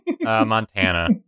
Montana